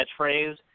catchphrase